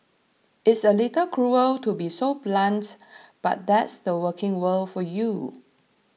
it's a little cruel to be so blunt but that's the working world for you